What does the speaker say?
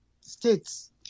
states